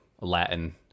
Latin